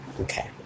Okay